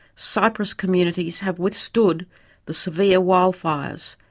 cypress communities have withstood the severe wildfires.